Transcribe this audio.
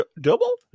Double